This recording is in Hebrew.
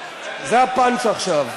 זה ה- punch lineעכשיו: